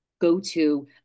go-to